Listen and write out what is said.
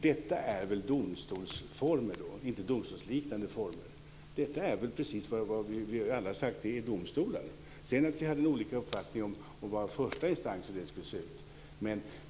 Detta är väl domstolsformer och inte domstolsliknande former? Detta är precis som vi alla har sagt. Det är domstolar. Sedan hade vi olika uppfattningar om hur första instans skulle se.